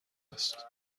است